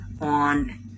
on